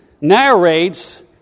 narrates